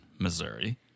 Missouri